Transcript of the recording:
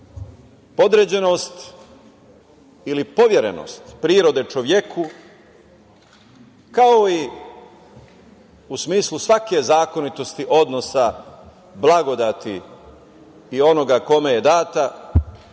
podređenost ili poverenost prirode čoveku, kao i u smislu svake zakonitosti odnosa blagodati i onome kome je data,